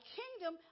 kingdom